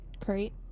crate